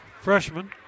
freshman